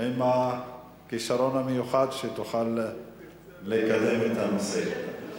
עם הכשרון המיוחד ותוכל לקדם את הנושא.